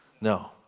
No